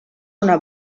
una